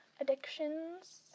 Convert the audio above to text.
addictions